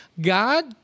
God